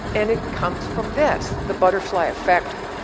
and it comes from this, the butterfly effect.